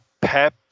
pep